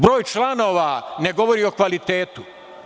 Broj članova ne govori o kvalitetu.